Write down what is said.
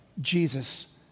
Jesus